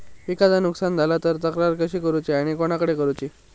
पिकाचा नुकसान झाला तर तक्रार कशी करूची आणि कोणाकडे करुची?